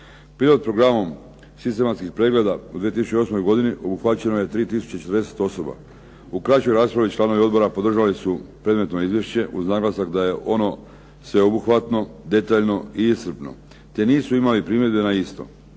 Pilot programom sistematskih pregleda u 2008. godini obuhvaćeno je 3 tisuće 40 osoba. U kraćoj raspravi članovi odbora podržali su predmetno izvješće uz naglasak da je ono sveobuhvatno, detaljno i iscrpno te nisu imali primjedbe na isto.